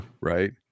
right